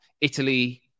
Italy